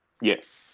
Yes